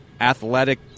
athletic